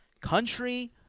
Country